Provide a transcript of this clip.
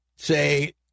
Say